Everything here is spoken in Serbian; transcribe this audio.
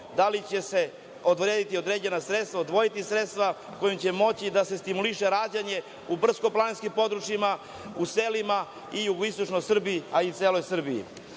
da li će se odrediti određena sredstva, odvojiti sredstva kojim će moći da se stimuliše rađanje u brdsko-planinskim područjima, u selima, i u jugoistočnoj Srbiji, a i u celoj Srbiji? Još